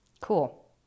cool